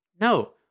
No